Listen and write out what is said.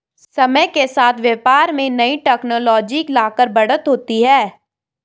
समय के साथ व्यापार में नई टेक्नोलॉजी लाकर बढ़त होती है